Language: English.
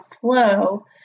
flow